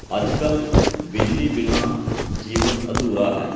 ਅੱਜ ਕੱਲ੍ਹ ਬਿਜਲੀ ਬਿਨਾ ਜੀਵਨ ਅਧੂਰਾ ਹੈ